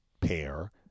pair